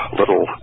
little